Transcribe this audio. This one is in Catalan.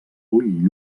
ull